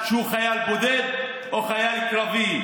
אם הוא חייל בודד או חייל קרבי.